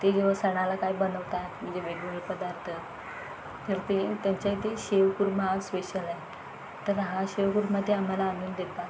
ते जेव्हा सणाला काय बनवतात म्हणजे वेगवेगळे पदार्थ तर ते त्यांच्या इथे शेवकुर्मा स्पेशल आहे तर हा शेवकुर्मा ते आम्हाला आणून देतात